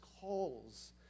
calls